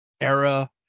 era